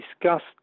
discussed